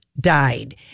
died